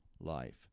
life